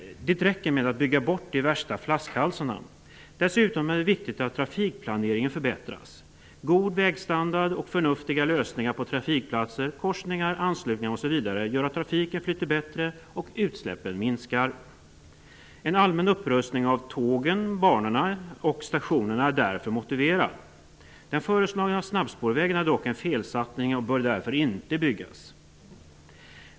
Det räcker med att bygga bort de värsta flaskhalsarna. Dessutom är det viktigt att trafikplaneringen förbättras. God vägstandard och förnuftiga lösningar på trafikplatser, korsningar, anslutningar osv. gör att trafiken flyter bättre och utsläppen minskar. En allmän upprustning av tågen, banorna och stationerna är därför motiverad. Den föreslagna snabbspårvägen är däremot en felsatsning och bör därför inte byggas.